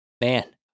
man